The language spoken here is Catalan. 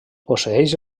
posseeix